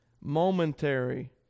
momentary